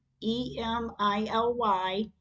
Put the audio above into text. E-M-I-L-Y